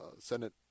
Senate